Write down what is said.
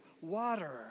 water